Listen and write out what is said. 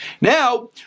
Now